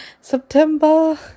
September